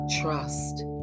trust